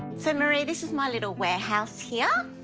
so marie, this is my little warehouse here.